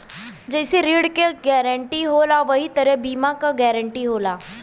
जइसे ऋण के गारंटी होला वही तरह बीमा क गारंटी होला